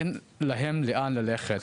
אין להם לאן ללכת.